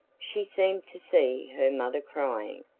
she seemed to see her mother crying,